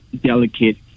Delicate